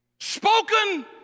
Spoken